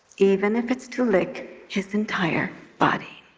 even if it's to lick his entire body